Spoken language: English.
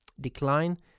decline